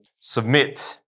submit